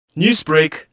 Newsbreak